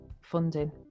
funding